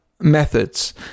methods